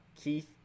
Keith